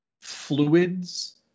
fluids